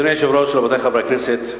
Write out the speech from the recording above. אדוני היושב-ראש, רבותי חברי הכנסת,